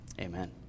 Amen